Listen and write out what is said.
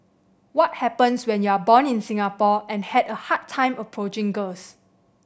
what happens when you are born in Singapore and had a hard time approaching girls